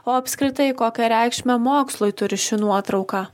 o apskritai kokią reikšmę mokslui turi ši nuotrauka